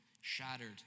shattered